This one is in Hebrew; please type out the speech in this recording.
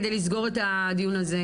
כדי לסגור את הדיון הזה,